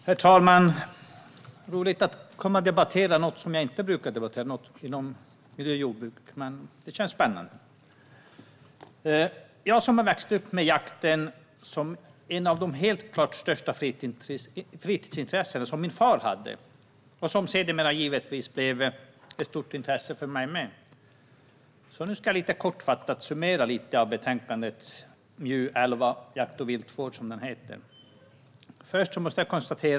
Herr talman! Det är roligt att få debattera något inom miljö och jordbruk som jag inte brukar debattera. Det känns spännande. Jag har växt upp med jakten som ett av de helt klart största fritidsintressen som min far hade, och sedermera blev det givetvis ett stort intresse för mig med. Nu ska jag lite kortfattat summera lite av betänkandet MJU11 Jakt och viltvård .